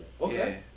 okay